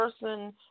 person